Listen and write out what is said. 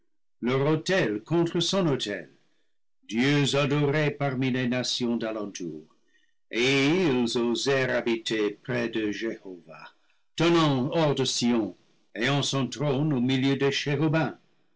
autels contre son autel dieux adorés parmi les nations d'alentour et ils osèrent habiter près de jehovah tonnant hors de sion ayant son trône au milieu des